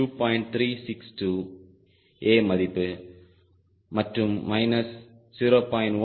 362 A மதிப்பு மற்றும் minus 0